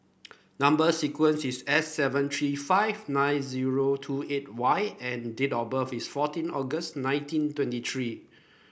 number sequence is S seven three five nine zero two eight Y and date of birth is fourteen August nineteen twenty three